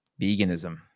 veganism